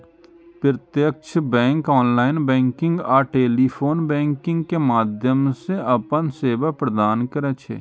प्रत्यक्ष bank online banking आ telephone banking के माध्यम सं अपन सेवा प्रदान करै छै